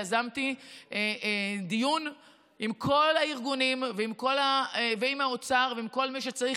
יזמתי דיון עם כל הארגונים ועם האוצר ועם כל מי שצריך,